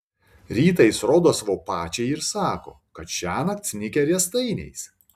rytą jis rodo savo pačiai ir sako kad šiąnakt snigę riestainiais